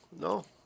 no